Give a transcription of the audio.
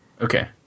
Okay